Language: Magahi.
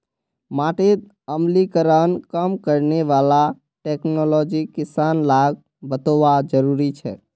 माटीत अम्लीकरण कम करने वाला टेक्नोलॉजी किसान लाक बतौव्वा जरुरी छेक